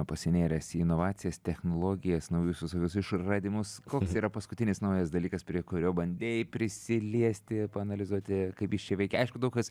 pasinėręs į inovacijas technologijas naujus visokius išradimus koks yra paskutinis naujas dalykas prie kurio bandei prisiliesti paanalizuoti kaip jis čia veikia aišku daug kas